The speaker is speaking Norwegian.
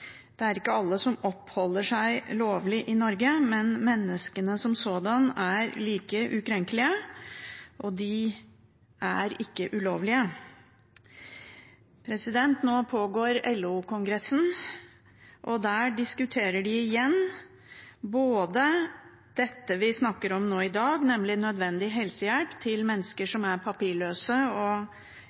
Det er ikke alle som oppholder seg lovlig i Norge, men menneskene som sådanne er like ukrenkelige, og de er ikke ulovlige. Nå pågår LO-kongressen, og der diskuterer de igjen det vi snakker om i dag, nemlig nødvendig helsehjelp til mennesker som er papirløse